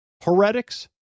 Heretics